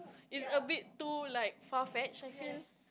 is a bit too like far fetched I feel